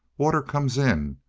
water comes in.